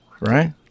right